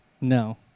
No